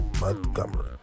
Montgomery